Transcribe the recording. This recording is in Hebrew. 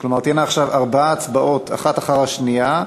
כלומר תהיינה עכשיו ארבע הצבעות האחת אחר השנייה,